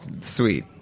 sweet